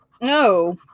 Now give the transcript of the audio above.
No